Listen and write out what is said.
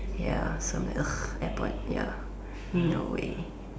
ya some like airport ya no way